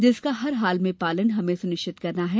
जिसका हर हाल में पालन हमें सुनिश्चित करना हैं